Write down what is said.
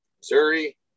Missouri